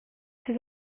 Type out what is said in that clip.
ses